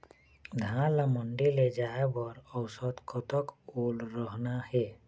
धान ला मंडी ले जाय बर औसत कतक ओल रहना हे?